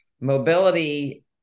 mobility